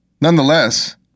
Nonetheless